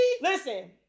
Listen